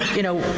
you know,